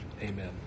amen